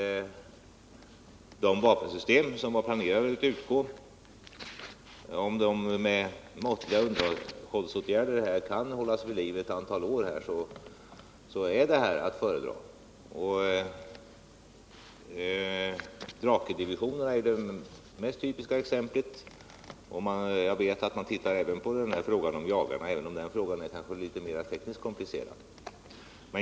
Om de vapensystem som enligt planerna skulle utgå med måttliga underhållsåtgärder kan hållas vid liv ett antal år är det alltså att föredra. Drakendivisionerna är det mest typiska exemplet på detta. Jag vet att man även ser på jagarna i det perspektivet, även om den frågan är litet mer tekniskt komplicerad.